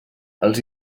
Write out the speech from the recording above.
els